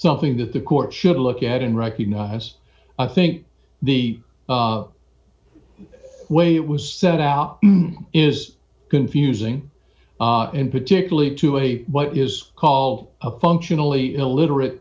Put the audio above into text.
something that the court should look at and recognize i think the way it was sent out is confusing and particularly to a what is called a functionally illiterate